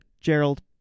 Gerald